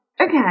Okay